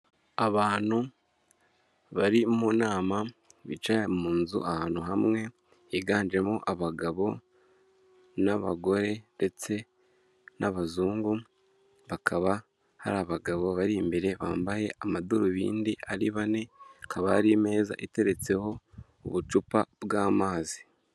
Abantu bari mu nama bicaye mu nzu ahantu hamwe, higanjemo abagabo n'abagore ndetse n'abazungu, hakaba hari abagabo bari imbere bambaye amadarubindi ari bane, hakaba hari imeza iteretseho ubucupa bw'amazi.